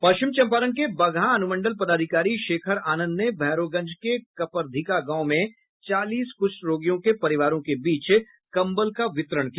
पश्चिम चम्पारण के बगहा अनुमंडल पदाधिकारी शेखर आनंद ने भैरोगंज के कपरधिका गांव में चालीस कुष्ठ रोगियों के परिवारों के बीच कंबल का वितरण किया